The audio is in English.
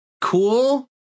Cool